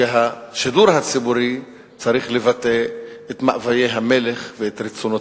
שהשידור הציבורי צריך לבטא את מאוויי המלך ואת רצונותיו.